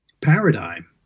paradigm